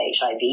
HIV